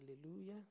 Hallelujah